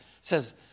says